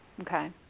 Okay